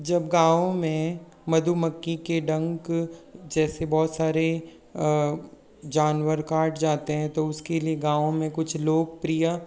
जब गांव में मधुमक्खी के डंक जैसे बहुत सारे जानवर काट जाते हैं तो उसके लिए गांव में कुछ लोकप्रिय